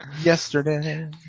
Yesterday